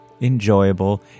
enjoyable